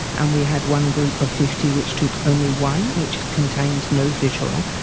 and we had one group of fifty which took only one which contained no fish oil,